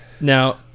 Now